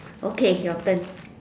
okay your turn